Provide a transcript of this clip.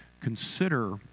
Consider